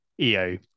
eo